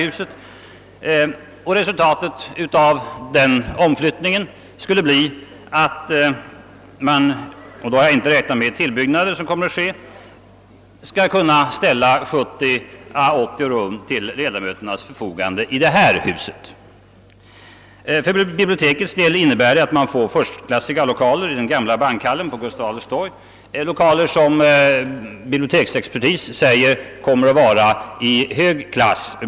Utan att räkna med de tillbyggnader som kommer att ske skulle resultatet av denna omflyttning bli att man kunde ställa 70—80 rum till ledamöternas förfogande i detta hus. För biblioteket innebär detta att det kommer att få förstklassiga lokaler i den gamla bankhallen vid Gustav Adolfs torg, lokaler som enligt biblioteksexpertis kommer att vara av mycket hög klass.